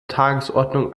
tagesordnung